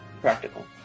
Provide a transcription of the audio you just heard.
Practical